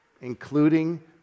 including